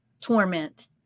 torment